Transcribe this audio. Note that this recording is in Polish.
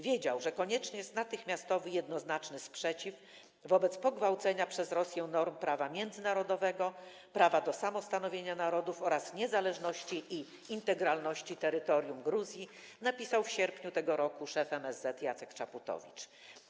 Wiedział, że konieczny jest natychmiastowy, jednoznaczny sprzeciw wobec pogwałcenia przez Rosję norm prawa międzynarodowego, prawa do samostanowienia narodów oraz niezależności i integralności terytorium Gruzji - napisał w sierpniu tego roku szef MSZ Jacek Czaputowicz.